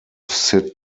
syd